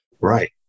Right